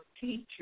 teacher